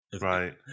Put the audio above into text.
Right